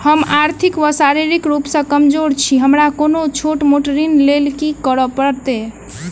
हम आर्थिक व शारीरिक रूप सँ कमजोर छी हमरा कोनों छोट मोट ऋण लैल की करै पड़तै?